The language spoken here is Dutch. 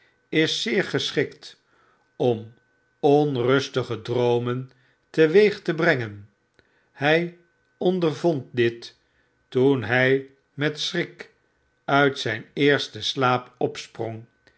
is zeer geschikt om onrustige droomen te weeg te brengen hij ondervond dit toen hij met schrik uit zijn eersten slaap opsprong